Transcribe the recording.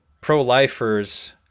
pro-lifers